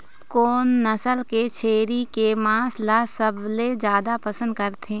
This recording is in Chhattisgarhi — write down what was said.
कोन नसल के छेरी के मांस ला सबले जादा पसंद करथे?